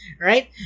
Right